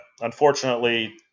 unfortunately